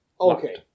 Okay